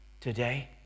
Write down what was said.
today